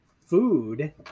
food